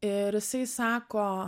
ir jisai sako